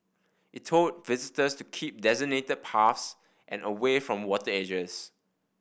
it told visitors to keep designated paths and away from water edges